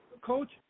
Coach